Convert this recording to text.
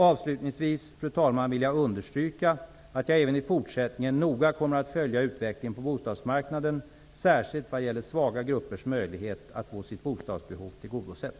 Avslutningsvis vill jag understryka att jag även i fortsättningen noga kommer att följa utvecklingen på bostadsmarknaden, särskilt vad gäller svaga gruppers möjlighet att få sitt bostadsbehov tillgodosett.